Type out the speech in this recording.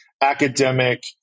academic